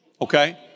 Okay